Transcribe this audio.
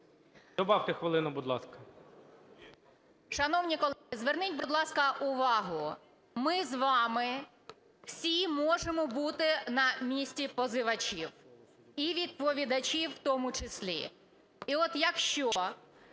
Добавте хвилину, будь ласка.